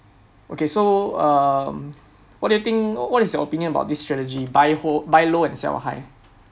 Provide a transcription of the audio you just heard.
okay so um what do you think what is your opinion about this strategy buy ho~ buy low and sell high